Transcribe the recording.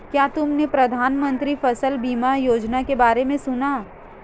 क्या तुमने प्रधानमंत्री फसल बीमा योजना के बारे में सुना?